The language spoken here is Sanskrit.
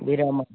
विरामे